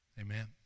Amen